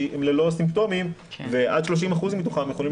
כי הם ללא סימפטומים ועד ל-30% מתוכם יכולות